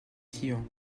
tian